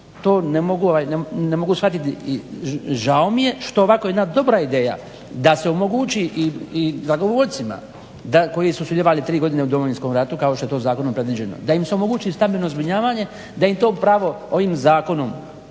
to ne mogu shvatiti i žao mi je što ovako jedna dobra ideja da se omogući i dragovoljcima koji su sudjelovali tri godine u Domovinskog ratu kao što je to zakonom predviđeno, da im se omogući stambeno zbrinjavanje, da im to pravo ovim zakonom